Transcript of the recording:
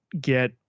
get